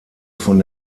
von